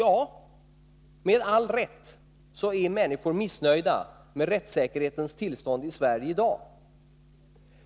Ja, med all rätt är människor missnöjda med rättssäkerhetens tillstånd i Sverige i dag.